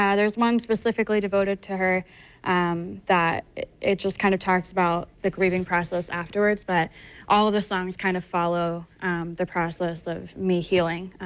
yeah there is one specifically devoted to her um that it just kind of talks about the grieving process afterwards but all the songs kind of follow the process of me healing,